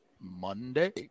Monday